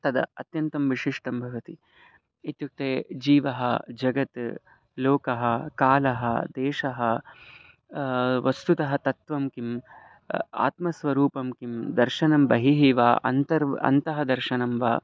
तद् अत्यन्तं विशिष्टं भवति इत्युक्ते जीवः जगत् लोकः कालः देशः वस्तुतः तत्त्वं किं आत्मस्वरूपं किं दर्शनं बहिः वा अन्तः अन्तः दर्शनं वा